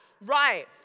Right